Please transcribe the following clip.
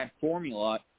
formula